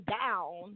down